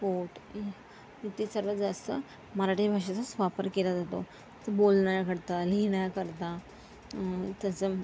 court इथे सर्वात जास्त मराठी भाषेचाच वापर केला जातो चं बोलण्याकरता लिहिण्याकरता त्याचा